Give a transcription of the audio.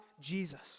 Jesus